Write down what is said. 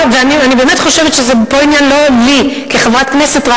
אני באמת חושבת שזה פה עניין לא לי כחברת כנסת,